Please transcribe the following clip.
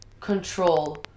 control